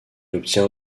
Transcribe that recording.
obtient